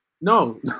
no